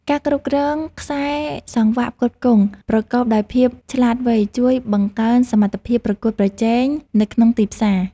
ការគ្រប់គ្រងខ្សែសង្វាក់ផ្គត់ផ្គង់ប្រកបដោយភាពឆ្លាតវៃជួយបង្កើនសមត្ថភាពប្រកួតប្រជែងនៅក្នុងទីផ្សារ។